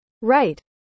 Right